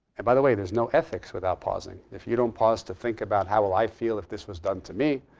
and by the way, there's no ethics without pausing. if you don't pause to think about how will i feel if this was done to me,